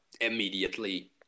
immediately